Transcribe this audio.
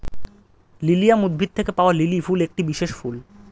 lilium উদ্ভিদ থেকে পাওয়া লিলি ফুল একটি বিশেষ ফুল